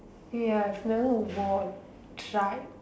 ya I've never won try